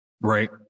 Right